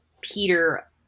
Peter